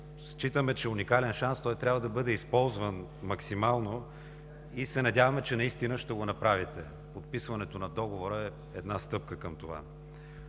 Считаме, че това е уникален шанс и той трябва да бъде използван максимално и се надяваме, че наистина ще го направите. Подписването на договора е една стъпка към това.